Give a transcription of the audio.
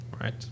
Right